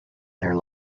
their